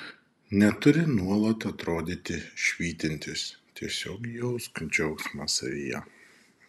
neturi nuolat atrodyti švytintis tiesiog jausk džiaugsmą savyje